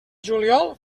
juliol